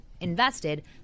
invested